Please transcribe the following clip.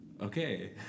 Okay